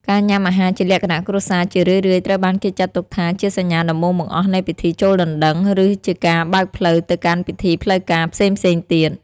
ការញ៉ាំអាហារជាលក្ខណៈគ្រួសារ ជារឿយៗត្រូវបានគេចាត់ទុកថាជាសញ្ញាដំបូងបង្អស់នៃពិធីចូលដណ្ដឹង ឬជាការបើកផ្លូវទៅកាន់ពិធីផ្លូវការផ្សេងៗទៀត។